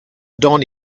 done